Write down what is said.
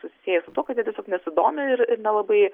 susiję su tuo kad jie tiesiog nesudomina ir ir nelabai